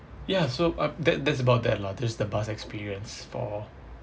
ya so uh that that's about that lah there's the bus experience for